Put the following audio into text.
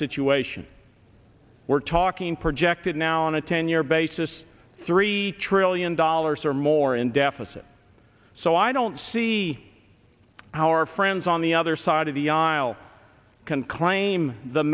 situation we're talking projected now on a ten year basis three trillion dollars or more in deficit so i don't see how our friends on the other side of the aisle can claim the